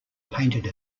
painted